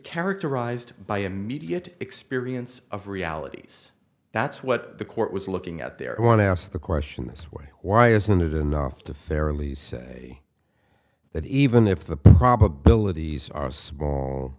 characterized by immediate experience of realities that's what the court was looking at there i want to ask the question this way why isn't it enough to fairly say that even if the probabilities are small